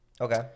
Okay